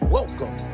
Welcome